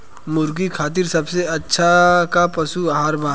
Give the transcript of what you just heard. मुर्गा खातिर सबसे अच्छा का पशु आहार बा?